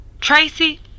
Tracy